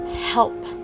help